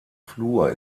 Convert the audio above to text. flur